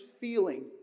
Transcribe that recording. feeling